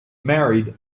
married